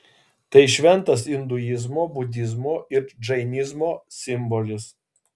tai šventas induizmo budizmo ir džainizmo simbolis